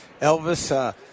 Elvis